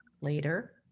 later